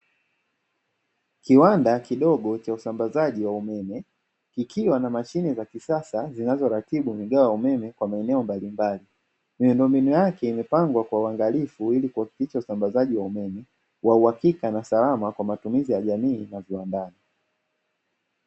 Kiwanda kidogo cha usambazaji wa umeme kikiwa na mashine za kisasa zinazo ratibu mgao wa umeme kwa maeneo mbalimbali. Miundombinu yake imepangwa kwa uangalifu ili kuhakikisha usambazaji wa umeme wa uhakika na salama kwa matumizi ya jamii na viwandani.